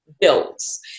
bills